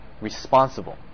Responsible